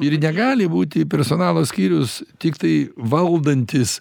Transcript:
ir negali būti personalo skyrius tiktai valdantis